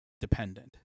dependent